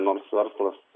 nors verslas